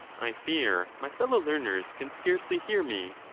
i fear my fellow learners can scarcely hear me.